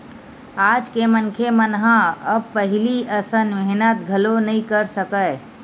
आज के मनखे मन ह अब पहिली असन मेहनत घलो नइ कर सकय